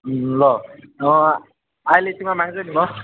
ल अहिले एकछिनमा माग्छु नि म